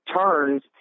turns